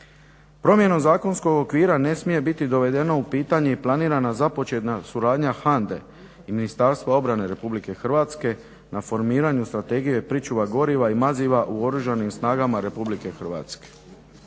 Promjenom zakonom okvira ne smije biti dovedeno u pitanje i planira započeta suradnja HANDA –e i Ministarstva obrane Republike Hrvatske na formiranju Strategija pričuva goriva i maziva u Oružanim snagama Republike Hrvatske.